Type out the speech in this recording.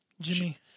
Jimmy